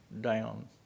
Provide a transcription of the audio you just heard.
down